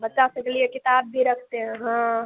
बच्चा से के लिए किताब भी रखते हैं हाँ